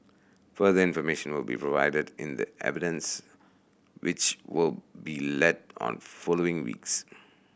further information will be provided in the evidence which will be led on following weeks